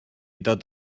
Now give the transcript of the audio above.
dod